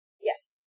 Yes